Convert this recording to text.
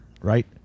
right